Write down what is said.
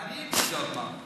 אני אגיד את זה עוד פעם.